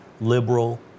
liberal